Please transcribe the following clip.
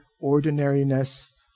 ordinariness